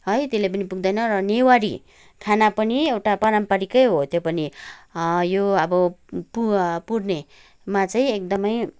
है त्यसले पनि पुग्दैन र नेवारी खाना पनि एउटा पारम्पारिकै हो त्यो पनि यो अब पु पुर्णिमा चाहिँ एकदमै